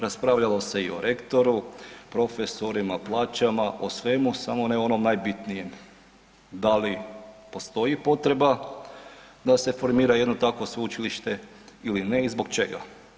Raspravljalo se i o rektoru, profesorima, plaćama, o svemu, samo ne onom najbitnijem, da li postoji potreba da se formira jedno takvo sveučilište ili ne i zbog čega.